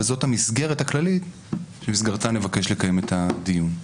וזאת המסגרת הכללית שבמסגרתה נבקש לקיים את הדיון.